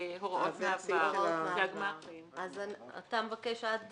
אתה מבקש עד